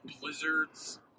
blizzard's